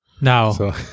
Now